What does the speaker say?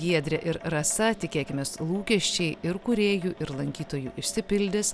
giedrė ir rasa tikėkimės lūkesčiai ir kūrėjų ir lankytojų išsipildys